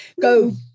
go